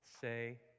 say